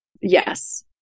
Yes